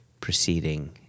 proceeding